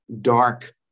dark